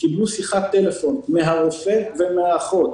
קיבלו שיחת טלפון מן הרופא ומן האחות,